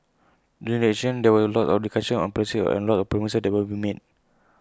during elections there will lots of discussion on policies and lots of promises that will be made